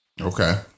Okay